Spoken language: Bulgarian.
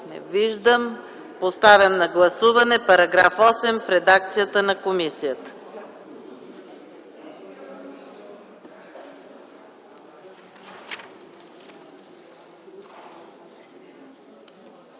Не виждам. Поставям на гласуване § 8 в редакцията на комисията.